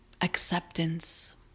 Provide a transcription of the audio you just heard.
acceptance